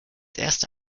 erste